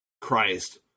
christ